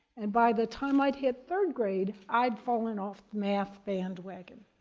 and by the time i'd hit third grade, i'd fallen off the math bandwagon.